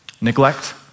Neglect